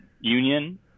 union